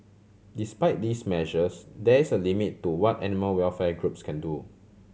despite these measures there is a limit to what animal welfare groups can do